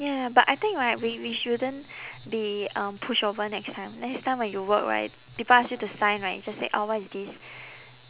ya but I think right we we shouldn't be um pushover next time next time when you work right people ask you to sign right you just say orh what is this